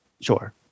sure